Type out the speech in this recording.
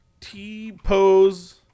T-Pose